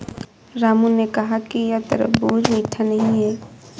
राम ने कहा कि यह तरबूज़ मीठा नहीं है